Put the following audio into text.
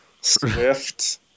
Swift